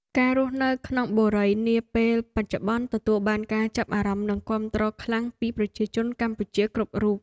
ការរស់នៅក្នុងបុរីនាពេលបច្ចុប្បន្នទទួលបានការចាប់អារម្មណ៍និងគាំទ្រខ្លាំងពីប្រជាជនកម្ពុជាគ្រប់រូប។